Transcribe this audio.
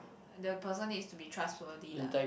the person needs to be trustworthy lah